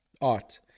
Art